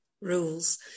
rules